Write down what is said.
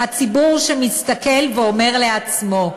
הציבור שמסתכל ואומר לעצמו: